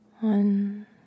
one